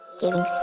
giving